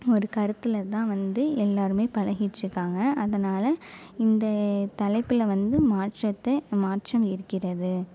ஒரு கருத்தில் தான் வந்து எல்லாருமே பழகிட்யிருக்காங்க அதனால் இந்த தலைப்பில் வந்து மாற்றத்தை மாற்றம் இருக்கிறது